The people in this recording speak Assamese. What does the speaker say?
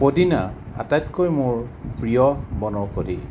পদিনা আটাইতকৈ মোৰ প্ৰিয় বনৌষধি